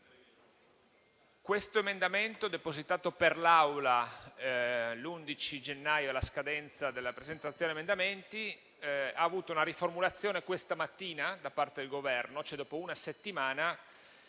L'emendamento 4.203, depositato per l'Assemblea l'11 gennaio, alla scadenza della presentazione degli emendamenti, ha avuto una riformulazione questa mattina da parte del Governo, dopo una settimana,